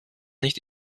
nicht